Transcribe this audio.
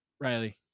Riley